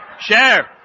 share